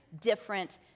different